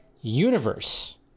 universe